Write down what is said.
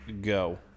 go